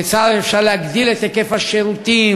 כיצד אפשר להגדיל את היקף השירותים,